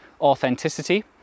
authenticity